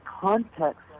context